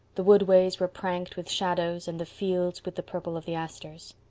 the woodways were pranked with shadows and the fields with the purple of the asters.